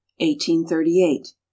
1838